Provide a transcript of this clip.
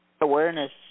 awareness